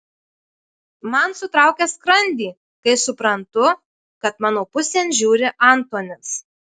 man sutraukia skrandį kai suprantu kad mano pusėn žiūri antonis